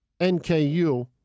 NKU